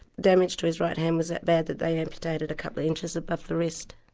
damage to his right hand was that bad that they amputated a couple of inches above the wrist.